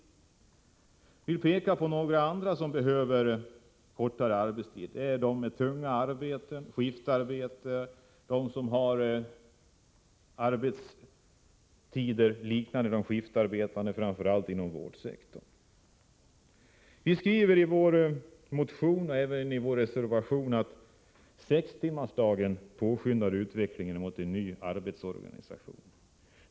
Jag vill peka på några andra grupper som behöver kortare arbetstid. Det är de med tunga arbeten, de som har skiftarbete och de som har arbetstider liknande de skiftarbetande — framför allt inom vårdsektorn. Vi skriver i vår motion och även i vår reservation att sextimmarsdagen påskyndar utveck lingen mot en ny arbetsorganisation.